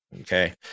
Okay